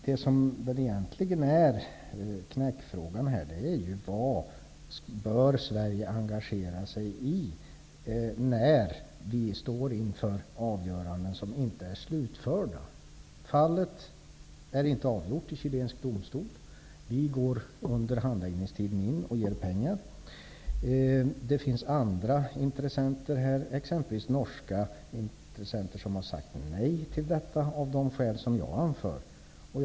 Det som egentligen är knäckfrågan i detta sammanhang är ju vad Sverige bör engagera sig i när vi står inför avgöranden som inte är slutförda. Fallet är inte avgjort i chilensk domstol. Vi går under handläggningstiden in och ger pengar. Det finns andra intressenter här, t.ex. norska intressenter, som har sagt nej till detta av de skäl som jag har anfört.